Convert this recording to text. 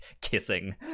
kissing